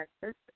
Texas